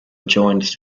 adjoins